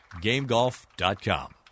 GameGolf.com